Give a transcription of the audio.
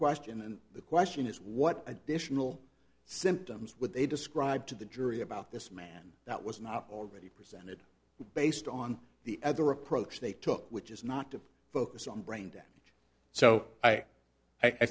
question and the question is what additional symptoms would they describe to the jury about this man that was not already presented based on the other approach they took which is not to focus on brain damage so i i